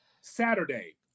Saturday